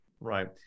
Right